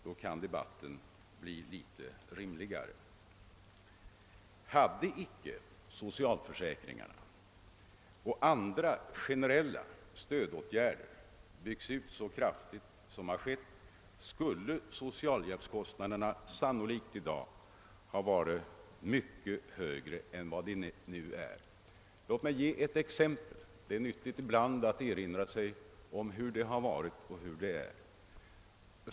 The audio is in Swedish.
Då kan debatten bli litet rimligare. Hade inte socialförsäkringarna och andra generella stödåtgärder byggts ut så kraftigt som har skett, skulle socialhjälpskostnaderna i dag sannolikt ha varit mycket högre än vad de nu är. Låt mig ge ett exempel. Det är nyttigt ibland att erinra sig hur det har varit och hur det är.